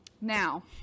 now